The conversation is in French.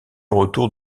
retour